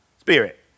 spirit